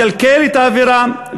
לקלקל את האווירה,